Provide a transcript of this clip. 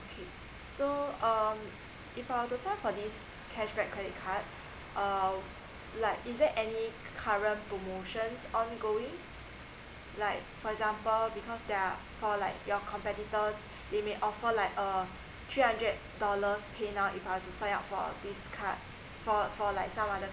okay so um if I were to sign up for this cashback credit card um like is there any current promotions ongoing like for example because there are for like your competitors they made offer like uh three hundred dollars pay now if I want to sign up for this card for for like some other